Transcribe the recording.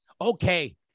okay